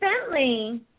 Bentley